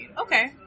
Okay